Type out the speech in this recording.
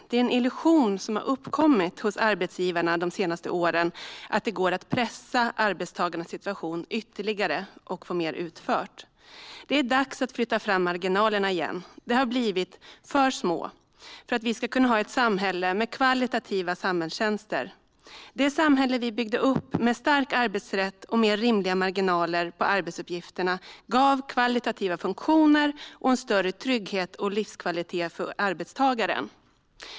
Det är en illusion som har uppkommit hos arbetsgivarna de senaste åren att det går att pressa arbetstagarna ytterligare och få mer utfört. Det är dags att flytta fram marginalerna igen. De har blivit för små för att vi ska kunna ha ett samhälle med kvalitativa samhällstjänster. Det samhälle vi byggde upp med stark arbetsrätt och mer rimliga marginaler på arbetsuppgifterna gav kvalitativa funktioner och en större trygghet och livskvalitet för arbetstagaren.